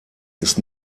ist